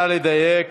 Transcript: נא לדייק.